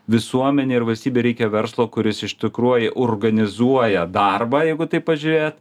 visuomenei ir valstybei reikia verslo kuris iš tikruoju organizuoja darbą jeigu taip pažiūrėt